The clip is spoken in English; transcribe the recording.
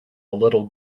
little